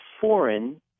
foreign